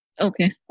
Okay